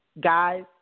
Guys